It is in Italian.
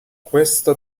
questo